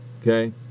okay